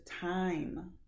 time